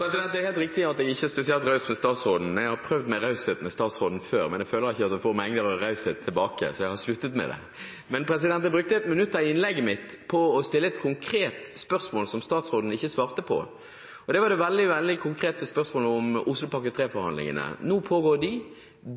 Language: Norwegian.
Det er helt riktig at jeg ikke er spesielt raus med statsråden. Jeg har prøvd med raushet overfor statsråden før, men jeg føler ikke at jeg får mengder av raushet tilbake, så jeg har sluttet med det. Jeg brukte et minutt av innlegget mitt på å stille et konkret spørsmål som statsråden ikke svarte på. Det var det veldig konkrete spørsmålet om Oslopakke 3-forhandlingene. Nå pågår de.